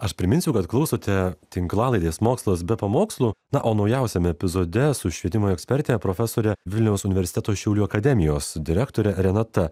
aš priminsiu kad klausote tinklalaidės mokslas be pamokslų na o naujausiame epizode su švietimo ekspertė profesorė vilniaus universiteto šiaulių akademijos direktorė renata